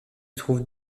trouve